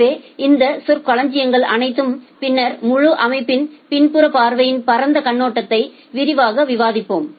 எனவே இந்த சொற்களஞ்சியங்கள் அனைத்தையும் பின்னர் முழு அமைப்பின் பின்புற பார்வையின் பரந்த கண்ணோட்டத்தை விரிவாக விவாதிப்போம்